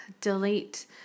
delete